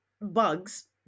Bugs